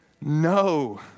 No